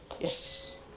Yes